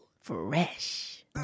Fresh